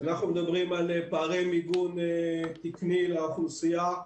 אנחנו מדברים על פערי מיגון תקני לאוכלוסייה,